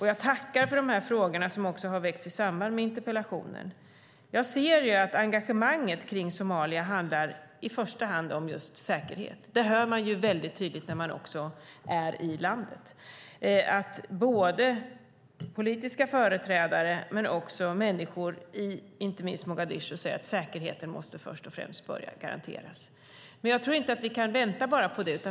Jag tackar för de frågor som också har väckts i samband med interpellationen. Jag ser att engagemanget kring Somalia i första hand handlar om just säkerhet. Det hör man mycket tydligt när man är i landet. Både politiska företrädare och människor inte minst i Mogadishu säger att säkerheten först och främst måste garanteras. Men jag tror inte att vi bara kan vänta på det.